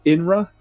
Inra